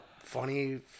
funny